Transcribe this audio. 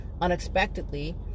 unexpectedly